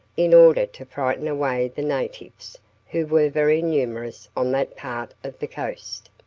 in order to frighten away the natives, who were very numerous on that part of the coast.